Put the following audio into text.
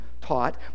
taught